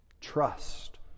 Trust